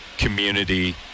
community